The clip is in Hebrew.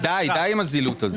די, די עם הזילות הזאת.